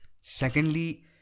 Secondly